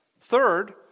Third